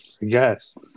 Yes